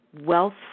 Wealth